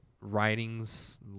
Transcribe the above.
writings